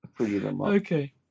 Okay